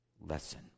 lesson